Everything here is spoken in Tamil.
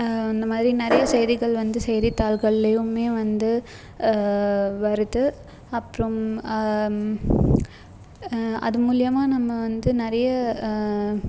இந்த மாதிரி நிறைய செய்திகள் வந்து செய்தித்தாள்கள்லையுமே வந்து வருது அப்புறம் அது மூலியமாக நம்ம வந்து நிறைய